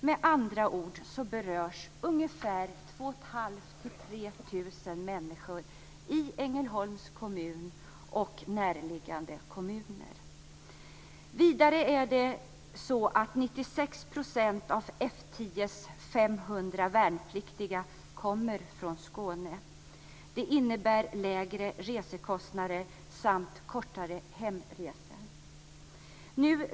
Med andra ord berörs ungefär 2 500-3 000 människor i Ängelholms kommun och närliggande kommuner. Vidare är det så att 96 % av F 10:s 500 värnpliktiga kommer från Skåne. Detta innebär lägre resekostnader samt kortare hemresor.